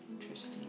Interesting